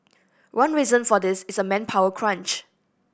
one reason for this is a manpower crunch